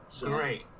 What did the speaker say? Great